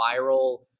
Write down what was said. viral